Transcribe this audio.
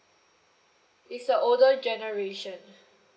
it's the older generation